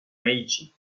meiji